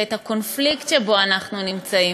את הקונפליקט שבו אנחנו נמצאים.